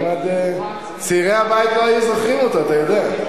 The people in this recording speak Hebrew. עוד מעט צעירי הבית לא היו זוכרים אותו, אתה יודע.